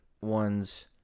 ones